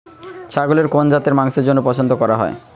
ছাগলের কোন জাতের মাংসের জন্য পছন্দ করা হয়?